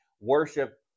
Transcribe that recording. worship